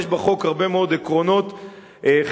יש בחוק הרבה מאוד עקרונות חברתיים,